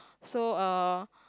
so uh